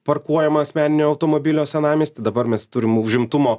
parkuojama asmeninių automobilių senamiesty dabar mes turim užimtumo